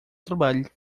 trabalho